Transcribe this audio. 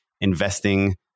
investing